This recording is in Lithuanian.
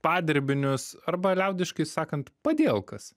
padirbinius arba liaudiškai sakant padielkas